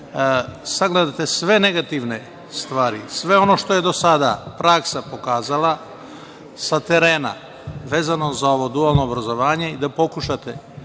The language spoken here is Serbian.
da sagledate sve negativne stvari, sve ono što je do sada praksa pokazala sa terena, vezano za ovo dualno obrazovanje i da pokušate